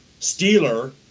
Steeler